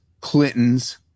Clinton's